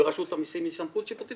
ורשות המסים היא סמכות שיפוטית,